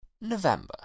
November